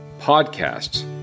podcasts